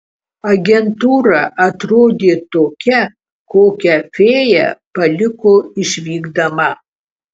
agentūra atrodė tokia kokią fėja paliko išvykdama